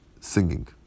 singing